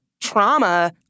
trauma